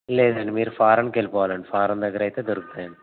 లేదండి మీరు ఫారంకు వెళ్ళిపోవాలండి ఫారం దగ్గర అయితే దొరుకుతాయండి